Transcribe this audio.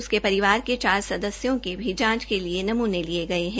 उसके परिवार के चार सदस्यों के भी जांच के लिए नमूने लिये गये है